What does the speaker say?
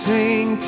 Sing